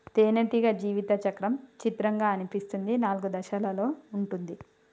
తేనెటీగ జీవిత చక్రం చిత్రంగా అనిపిస్తుంది నాలుగు దశలలో ఉంటుంది